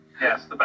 Yes